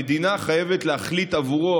המדינה חייבת להחליט עבורו,